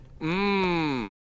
Mmm